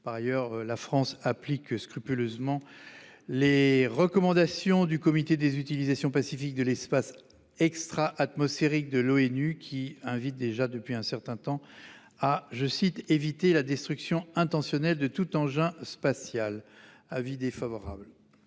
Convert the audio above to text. Par ailleurs, la France applique scrupuleusement les recommandations du Comité des utilisations pacifiques de l'espace extra-atmosphérique de l'ONU, qui invite déjà, depuis un certain temps, à « éviter la destruction intentionnelle de tout engin spatial ». Avis défavorable.